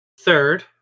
third